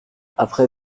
après